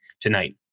tonight